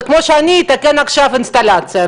זה כמו שאני אתקן עכשיו אינסטלציה,